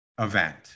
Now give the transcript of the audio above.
event